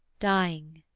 dying,